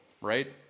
right